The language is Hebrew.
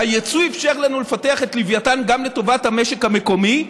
היצוא אפשר לנו לפתח את לווייתן גם לטובת המשק המקומי,